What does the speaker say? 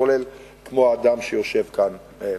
כולל כמו האדם שיושב כאן משמאלי.